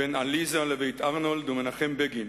בן עליזה לבית ארנולד ומנחם בגין,